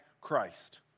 Christ